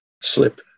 slip